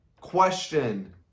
Question